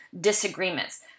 disagreements